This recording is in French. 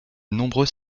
nombreux